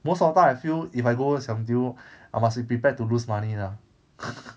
most of the time I feel if I go siam diu I must be prepared to lose money lah